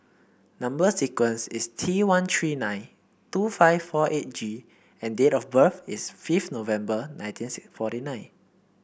number sequence is T one three nine two five four eight G and date of birth is fifth November nineteen six forty nine